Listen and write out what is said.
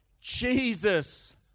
Jesus